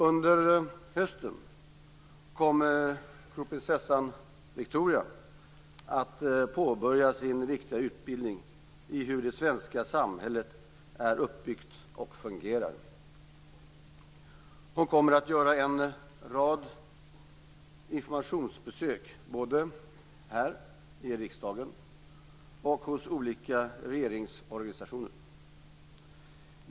Under hösten kommer kronprinsessan Victoria att påbörja sin viktiga utbildning i hur det svenska samhället är uppbyggt och fungerar. Hon kommer att göra en rad informationsbesök både här i riksdagen och hos olika regeringsorgan.